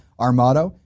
our motto?